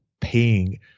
paying